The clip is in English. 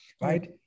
Right